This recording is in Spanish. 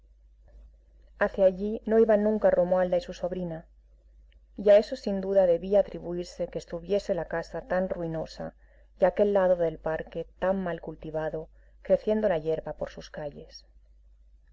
hacia allí no iban nunca romualda y su sobrina y a eso sin duda debía atribuirse que estuviese la casa tan ruinosa y aquel lado del parque tan mal cultivado creciendo la hierba por sus calles